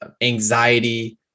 anxiety